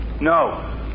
No